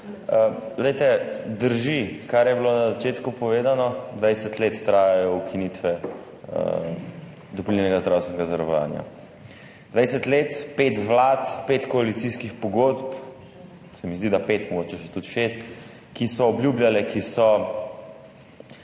Drži, kar je bilo na začetku povedano. 20 let trajajo ukinitve dopolnilnega zdravstvenega zavarovanja. 20 let, pet vlad, pet koalicijskih pogodb, se mi zdi, da pet, mogoče tudi šest, ki so obljubljale, ki so